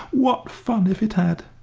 what fun if it had!